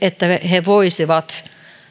että he voisivat